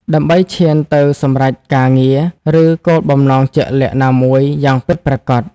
ដើម្បីឈានទៅសម្រេចការងារ ឫគោលបំណងជាក់លាក់ណាមួយយ៉ាងពិតប្រាកដ។